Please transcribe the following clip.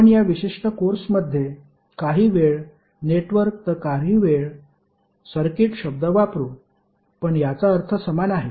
आपण या विशिष्ट कोर्समध्ये काही वेळ नेटवर्क तर काही वेळ सर्किट शब्द वापरू पण याचा अर्थ समान आहे